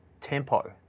tempo